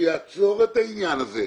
שיעצור את העניין הזה,